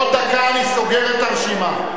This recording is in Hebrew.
עוד דקה אני סוגר את הרשימה.